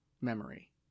memory